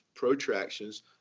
protractions